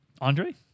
Andre